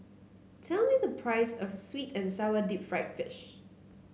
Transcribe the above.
tell me the price of sweet and sour Deep Fried Fish